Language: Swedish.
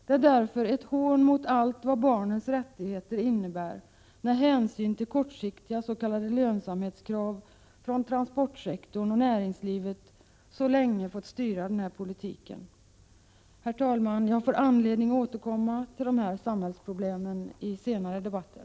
Det är därför ett hån mot allt vad barnens rättigheter innebär när hänsyn till kortsiktiga s.k. lönsamhetskrav från transportsektorn och näringslivet så länge har fått styra politiken på det här området. Herr talman! Jag får anledning att återkomma till dessa samhällsproblem i senare debatter.